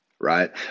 right